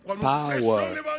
power